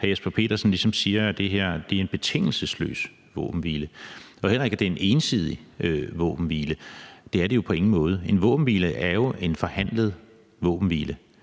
ligesom siger, at det her er en betingelsesløs våbenhvile, og heller ikke, at det er en ensidig våbenhvile. Det er det jo på ingen måde. En våbenhvile er jo en forhandlet våbenhvile,